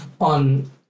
on